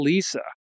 Lisa